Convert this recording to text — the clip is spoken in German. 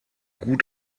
gut